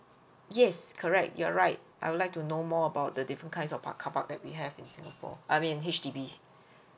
yes correct you are right I would like to know more about the different kinds of park car park that we have in singapore I mean in H_D_B